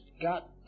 got